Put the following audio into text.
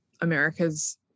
America's